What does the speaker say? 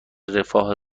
رفاه